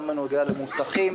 גם בנוגע למוסכים,